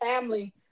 family